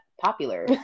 popular